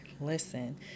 Listen